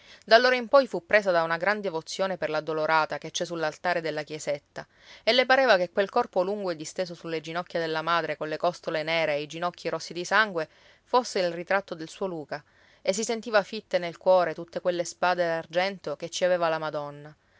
giorni d'allora in poi fu presa di una gran devozione per l'addolorata che c'è sull'altare della chiesetta e le pareva che quel corpo lungo e disteso sulle ginocchia della madre colle costole nere e i ginocchi rossi di sangue fosse il ritratto del suo luca e si sentiva fitte nel cuore tutte quelle spade d'argento che ci aveva la madonna